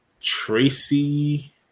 Tracy